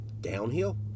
downhill